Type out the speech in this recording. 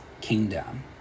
kingdom